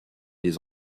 des